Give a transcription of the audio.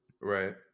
right